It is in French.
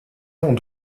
ont